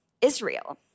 Israel